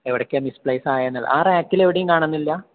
എവിടേക്കാ മിസ്പ്ലേസ് ആയെന്നുള്ളത് ആ റാക്കിലെവിടെയും കാണുന്നില്ല